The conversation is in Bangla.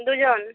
দুজন